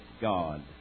God